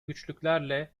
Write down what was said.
güçlüklerle